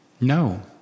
No